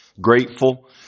grateful